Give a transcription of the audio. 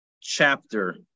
chapter